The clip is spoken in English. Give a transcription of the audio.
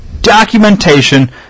documentation